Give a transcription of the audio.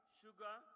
sugar